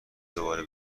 دوباره